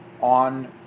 on